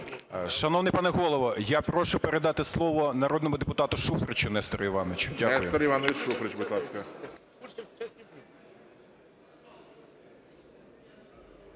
Шановний пане Голово, я прошу передати слово народному депутату Шуфричу Нестору Івановичу.